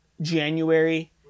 January